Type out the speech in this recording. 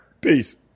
Peace